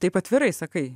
taip atvirai sakai